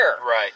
Right